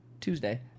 Tuesday